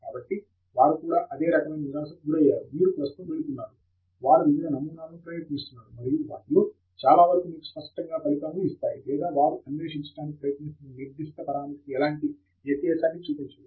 కాబట్టి వారు కూడా అదే రకమైన నిరాశకు గురయ్యారు మీరు ప్రస్తుతం వెళుతున్నారు వారు వివిధ నమూనాలను ప్రయత్నిస్తున్నారు మరియు వాటిలో చాలావరకు మీకు స్పష్టంగా ఫలితాలను ఇస్తాయి లేదా వారు అన్వేషించడానికి ప్రయత్నిస్తున్న నిర్దిష్ట పరామితికి ఎలాంటి వ్యత్యాసాన్ని చూపించవు